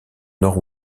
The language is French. nord